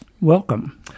Welcome